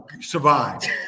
survived